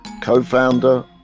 co-founder